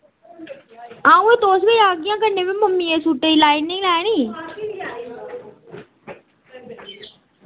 आओ हां तुस वी आगी आं कन्नै मैं मम्मी दे सूटे दी लाइनिंग लैनी